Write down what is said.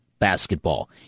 basketball